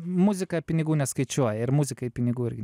muzika pinigų neskaičiuoja ir muzikai pinigų irgi ne